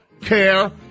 care